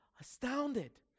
astounded